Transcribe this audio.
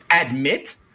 admit